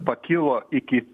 pakilo iki